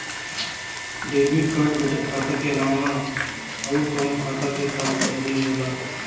Debit card बचत खाता के अलावा अउरकवन खाता के साथ जारी होला?